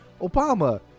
Obama